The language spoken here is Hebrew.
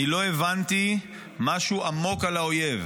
אני לא הבנתי משהו עמוק על האויב.